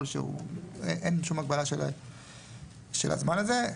אין שום הגבלה של הזמן הזה,